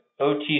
OTC